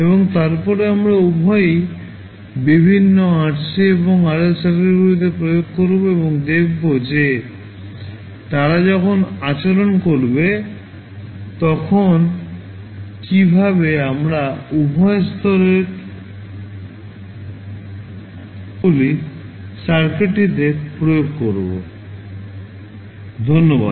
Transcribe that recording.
এবং তারপরে আমরা উভয়কেই বিভিন্ন RC এবং RL সার্কিটগুলিতে প্রয়োগ করব এবং দেখব যে তারা যখন আচরণ করবে তখন কীভাবে আমরা উভয় স্তরের উৎসগুলি সার্কিটটিতে প্রয়োগ করব ধন্যবাদ